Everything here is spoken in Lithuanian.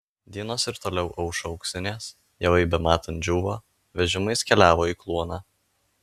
dienos ir toliau aušo auksinės javai bematant džiūvo vežimais keliavo į kluoną